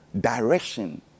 direction